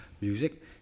music